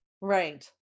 right